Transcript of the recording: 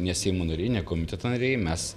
nes seimo nariai ne komiteto nariai mes